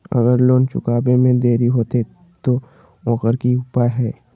अगर लोन चुकावे में देरी होते तो ओकर की उपाय है?